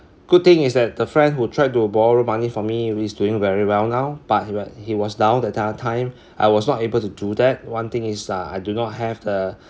good thing is that the friend who tried to borrow money from me is doing very well now but he was he was down at that time I was not able to do that one thing is uh I do not have the